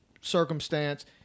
circumstance